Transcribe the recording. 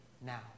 now